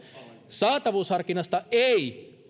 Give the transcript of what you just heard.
saatavuusharkinnasta ei